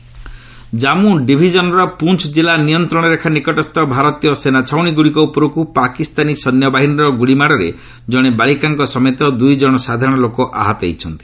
Sikh fire Jammu ଡିଭିଜନ୍ର ପୁଞ୍ଚ କିଲ୍ଲା ନିୟନ୍ତ୍ରଣ ରେଖା ନିକଟସ୍ଥ ଭାରତୀୟ ସେନାଛାଉଣୀଗୁଡ଼ିକ ଉପରକୁ ପାକିସ୍ତାନୀ ସୈନ୍ୟବାହିନୀର ଗୁଳିମାଡ଼ରେ ଜଣେ ବାଳିକାଙ୍କ ସମେତ ଦୁଇ କଣ ସାଧାରଣ ଲୋକ ଆହତ ହୋଇଛନ୍ତି